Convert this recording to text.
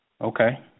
Okay